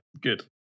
good